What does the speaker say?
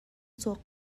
cawk